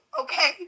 okay